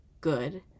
good